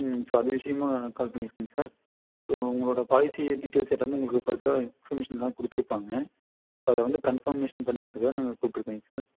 so அது விஷயமா call பண்ணிருக்கங்க சார் ஸோ உங்களோட பாலிசி டீடைல்ஸ் எல்லாமே உங்களுக்கு ஃபர்தராக இன்பர்மேஷன் எல்லாம் கொடுத்துருப்பாங்க அதை வந்து கன்பர்மேஷன் பண்ணிக்கிறதுக்காக நாங்கள் கூப்புட்டுருக்கங்க சார்